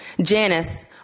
Janice